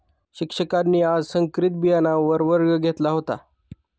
शिक्षकांनी आज संकरित बियाणांवर वर्ग घेतला होता